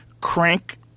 crank